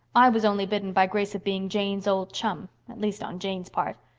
i was only bidden by grace of being jane's old chum at least on jane's part.